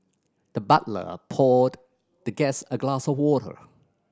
the butler poured the guest a glass of water